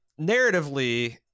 Narratively